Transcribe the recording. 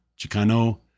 chicano